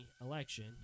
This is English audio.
election